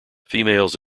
females